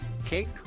cake